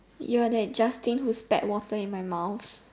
you were that Justin who spat water in my mouth